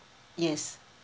yes